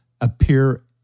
appear